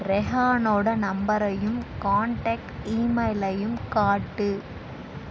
ரெஹானோடய நம்பரையும் கான்டெக்ட் ஈமெயிலையும் காட்டு